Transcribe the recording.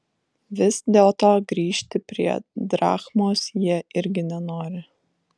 vis dėlto grįžti prie drachmos jie irgi nenori